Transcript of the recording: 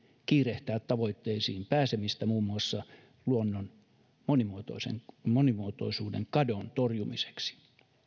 kiirehtää tavoitteisiin pääsemistä muun muassa luonnon monimuotoisuuden kadon torjumiseksi